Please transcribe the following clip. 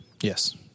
Yes